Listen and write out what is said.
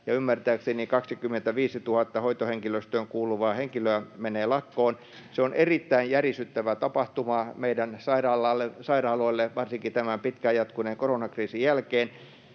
ymmärtääkseni 25 000 hoitohenkilöstöön kuuluvaa henkilöä menee lakkoon, se on erittäin järisyttävä tapahtuma meidän sairaaloille varsinkin tämän pitkään jatkuneen koronakriisin jälkeen.